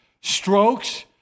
strokes